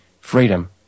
freedom